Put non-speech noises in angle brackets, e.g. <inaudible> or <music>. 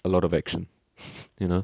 a lot of action <noise> you know